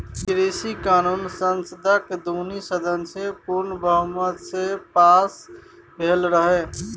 कृषि कानुन संसदक दुनु सदन सँ पुर्ण बहुमत सँ पास भेलै रहय